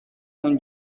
اون